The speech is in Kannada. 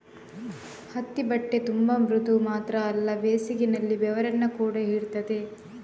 ಹತ್ತಿ ಬಟ್ಟೆ ತುಂಬಾ ಮೃದು ಮಾತ್ರ ಅಲ್ಲ ಬೇಸಿಗೆನಲ್ಲಿ ಬೆವರನ್ನ ಕೂಡಾ ಹೀರ್ತದೆ